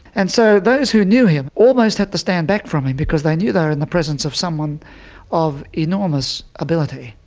and so those who knew him almost had to stand back from him because they knew they were in the presence of someone of enormous ability.